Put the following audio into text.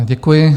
Děkuji.